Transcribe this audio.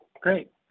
Great